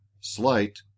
slight